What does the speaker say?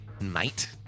Mate